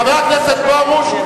חבר הכנסת פרוש,